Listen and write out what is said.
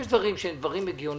יש דברים שהם דברים הגיוניים.